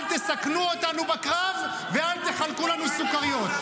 אל תסכנו אותנו בקרב ואל תחלקו לנו סוכריות.